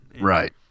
right